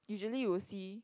usually would see